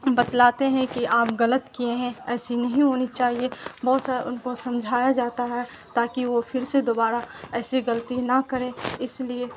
بتلاتے ہیں کہ آپ غلط کیے ہیں ایسی نہیں ہونی چاہیے بہت سارا ان کو سمجھایا جاتا ہے تاکہ وہ پھر سے دوبارہ ایسیے غلطی نہ کریں اس لیے